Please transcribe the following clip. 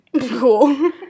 Cool